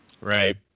Right